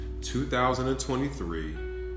2023